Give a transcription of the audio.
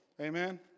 Amen